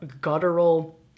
guttural